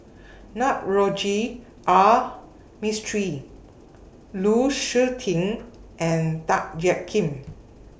Navroji R Mistri Lu Suitin and Tan Jiak Kim